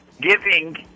giving